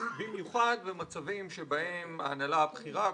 במיוחד במצבים שבהם ההנהלה הבכירה,